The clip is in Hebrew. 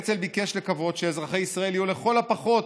הרצל ביקש לקוות שאזרחי ישראל יהיו לכל הפחות